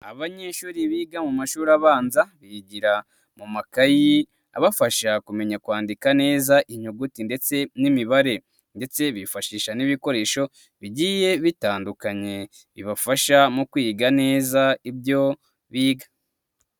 Abanyeshuri biga mu mashuri abanza bigira mu makayi abafasha kumenya kwandika neza inyuguti ndetse n'imibare ndetse bifashisha n'ibikoresho bigiye bitandukanye, ibafasha mu kwiga neza ibyo biga.